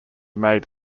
made